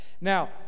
Now